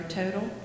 total